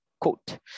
Quote